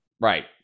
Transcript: Right